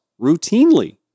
routinely